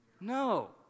No